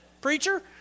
preacher